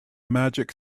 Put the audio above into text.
magic